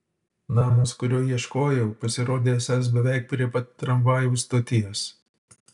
namas kurio ieškojau pasirodė esąs beveik prie pat tramvajaus stoties